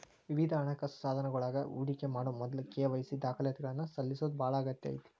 ವಿವಿಧ ಹಣಕಾಸ ಸಾಧನಗಳೊಳಗ ಹೂಡಿಕಿ ಮಾಡೊ ಮೊದ್ಲ ಕೆ.ವಾಯ್.ಸಿ ದಾಖಲಾತಿಗಳನ್ನ ಸಲ್ಲಿಸೋದ ಬಾಳ ಅಗತ್ಯ ಐತಿ